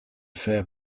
fair